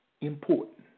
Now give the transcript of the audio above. important